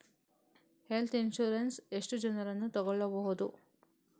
Health insurance ಎಷ್ಟು ಜನರನ್ನು ತಗೊಳ್ಬಹುದು?